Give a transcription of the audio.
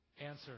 Answer